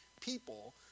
people